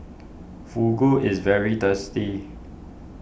Fugu is very tasty